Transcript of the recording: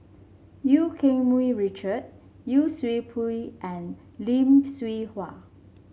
Eu Keng Mun Richard Yee Siew Pun and Lim Hwee Hua